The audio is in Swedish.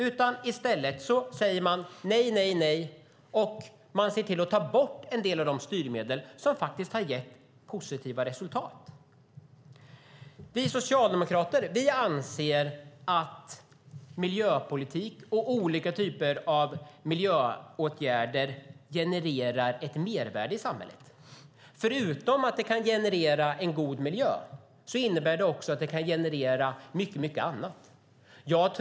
Men i stället säger man nej, nej och nej och ser till att ta bort en del av de styrmedel som faktiskt har gett positiva resultat. Vi socialdemokrater anser att miljöpolitik och olika typer av miljöåtgärder genererar ett mervärde i samhället. Förutom att de kan generera en god miljö kan de också generera mycket annat.